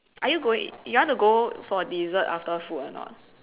are you going you want to go for dessert after food or not